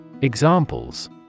Examples